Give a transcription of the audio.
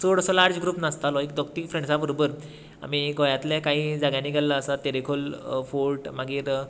चडसो large group नासतालो एक दोग तीग फ्रेन्डसां बरोबर आमी गोंयातले कांयी जाग्यांनी गेल्लें आसात तेरेखोल फोर्ट मागीर